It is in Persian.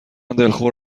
دلخور